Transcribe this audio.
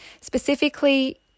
specifically